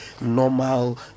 normal